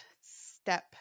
step